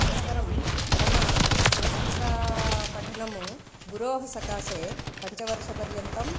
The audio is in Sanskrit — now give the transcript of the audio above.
अनन्तरं मम संस्कृतपठनं गुरोः सकाशे पञ्चवर्षपर्यन्तम्